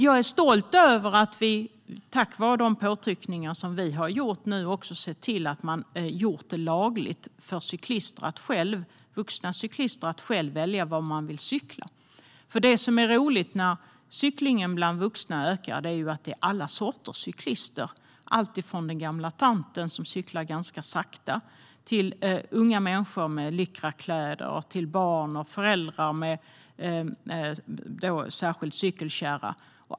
Jag är stolt över att det tack vare våra påtryckningar har blivit lagligt för vuxna cyklister att själva välja var de vill cykla. Det roliga när cyklingen bland vuxna ökar är att det är fråga om alla sorters cyklister, alltifrån den gamla tanten som cyklar sakta och unga människor i lycrakläder till barn och föräldrar med särskild cykelkärra.